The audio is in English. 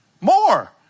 More